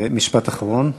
ומשפט אחרון.